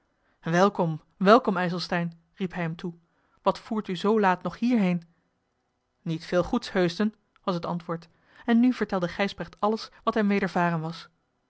welkom welkom ijselstein riep hij hem toe wat voert u zoo laat nog hierheen niet veel goeds heusden was het antwoord en nu vertelde gijsbrecht alles wat hem wedervaren was